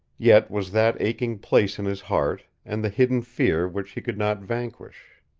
yet was that aching place in his heart, and the hidden fear which he could not vanquish.